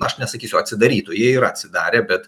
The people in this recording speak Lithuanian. aš nesakysiu atsidarytų jie yra atsidarę bet